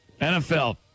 NFL